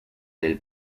del